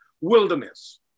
wilderness